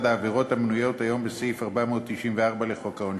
העבירות המנויות היום בסעיף 494 לחוק העונשין.